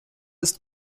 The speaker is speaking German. ist